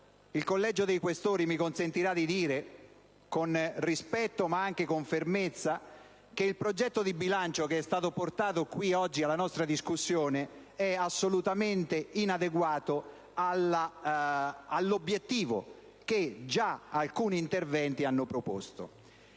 Il Collegio dei Questori mi consentirà di dire, con rispetto ma anche con fermezza, che il progetto di bilancio che è stato portato oggi alla nostra attenzione è assolutamente inadeguato all'obiettivo che già alcuni interventi hanno proposto;